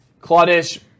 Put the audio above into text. Claudish